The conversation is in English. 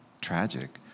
tragic